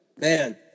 man